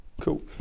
cool